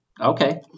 okay